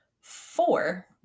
four